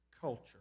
culture